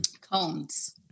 Cones